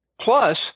plus